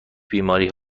بیماری